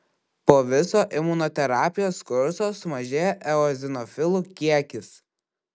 po viso imunoterapijos kurso sumažėja eozinofilų kiekis